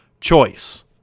choice